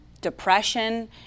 depression